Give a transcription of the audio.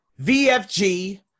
VFG